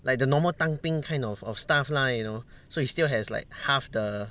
like the normal 当兵 kind of of stuff lah you know so he still has like half the